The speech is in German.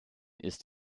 ist